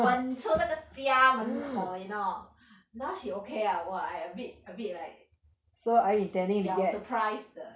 滚出那个家门口 you know now she okay ah !wah! I a bit a bit like 小 surprised 的